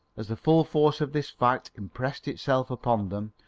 as the full force of this fact impressed itself upon them,